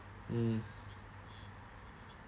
mm